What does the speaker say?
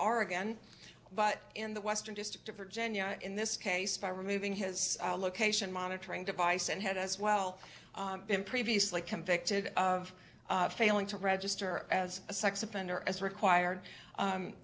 oregon but in the western district of virginia in this case by removing his location monitoring device and had as well been previously convicted of failing to register as a sex offender as required